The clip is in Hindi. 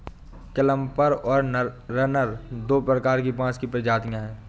क्लम्पर और रनर दो प्रकार की बाँस की प्रजातियाँ हैं